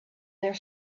their